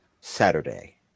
Saturday